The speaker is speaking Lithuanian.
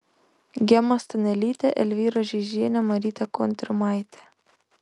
gema stanelytė elvyra žeižienė marytė kontrimaitė